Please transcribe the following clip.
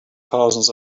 thousands